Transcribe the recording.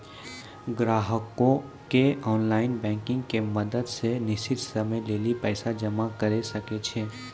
ग्राहकें online banking के मदत से निश्चित समय लेली पैसा जमा करै सकै छै